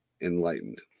enlightened